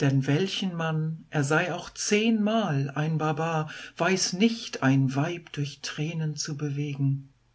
denn welchen mann er sei auch zehnmal ein barbar weiß nicht ein weib durch tränen zu bewegen